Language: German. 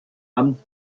amt